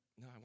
No